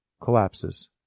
collapses